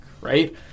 right